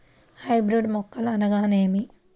Hybrid మొక్కలు అనగానేమి?